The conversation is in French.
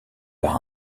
par